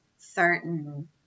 certain